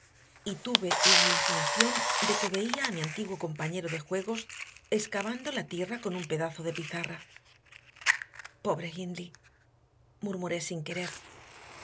allí y tuve la alucinación de que veía a mi antiguo compañero de juegos excavando la tierra con un pedazo de pizarra pobre hindley murmuré sin querer